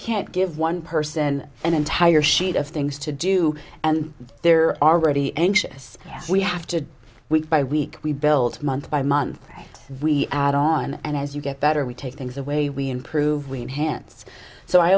can't give one person an entire sheet of things to do and they're already anxious we have to week by week we build month by month we add on and as you get better we take things away we improve we enhanced so i